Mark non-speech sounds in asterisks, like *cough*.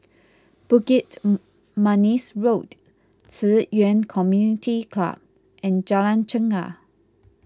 Bukit *unintelligible* Manis Road Ci Yuan Community Club and Jalan Chegar